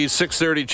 630